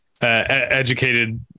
educated